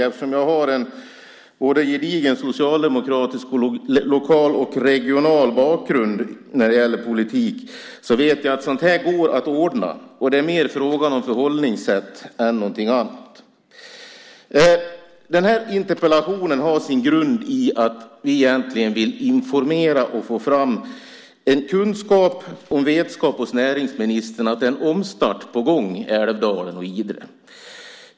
Eftersom jag har en gedigen socialdemokratisk både lokal och regional bakgrund när det gäller politik vet jag att sådant här går att ordna. Det är mer fråga om förhållningssätt än någonting annat. Interpellationen har egentligen sin grund i att vi vill informera och ge näringsministern kunskap och vetskap om att det sker en omstart i Älvdalen och Idre.